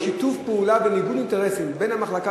יש שיתוף פעולה וניגוד אינטרסים בין המחלקה